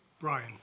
Brian